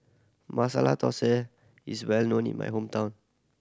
Masala Dosa is well known in my hometown